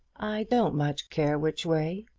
i don't much care which way,